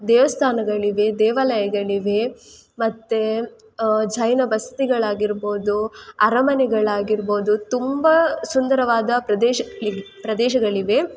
ದೇವಸ್ಥಾನಗಳಿವೆ ದೇವಾಲಯಗಳಿವೆ ಮತ್ತೇ ಜೈನ ಬಸದಿಗಳಾಗಿರ್ಬೋದು ಅರಮನೆಗಳಾಗಿರ್ಬೋದು ತುಂಬ ಸುಂದರವಾದ ಪ್ರದೇಶ ಪ್ರದೇಶಗಳಿವೆ